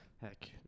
Heck